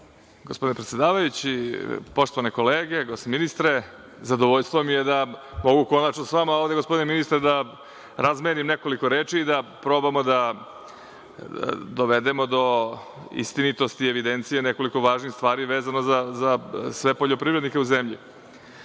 lepo. Gospodine predsedavajući, poštovane kolege, gospodine ministre, zadovoljstvo mi je da mogu konačno sa vama, gospodine ministre da razmenim nekoliko reči i da probamo da dovedemo do istinitosti evidencije oko nekoliko važnih stvari vezano za sve poljoprivrednike u zemlji. Hoću